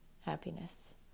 happiness